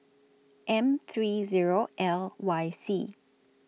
M three O L Y C